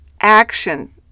action